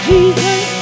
Jesus